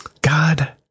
God